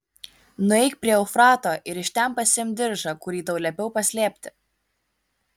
nueik prie eufrato ir iš ten pasiimk diržą kurį tau liepiau paslėpti